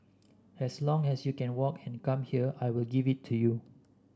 as long as you can walk and come here I will give it to you